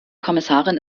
kommissarin